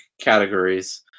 categories